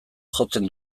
jotzen